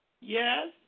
Yes